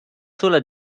sola